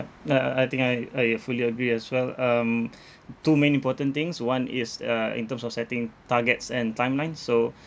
ah I think I I fully agree as well um two main important things one is uh in terms of setting targets and timeline so